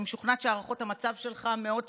אני משוכנעת שהערכות המצב שלך מאוד צפופות,